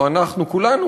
לא אנחנו כולנו,